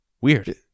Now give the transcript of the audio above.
Weird